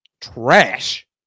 trash